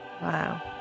Wow